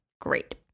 Great